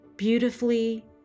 Beautifully